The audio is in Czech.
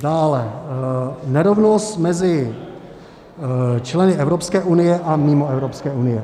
Dále nerovnost mezi členy Evropské unie a mimo Evropské unie.